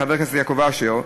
חבר הכנסת יעקב אשר,